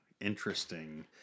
interesting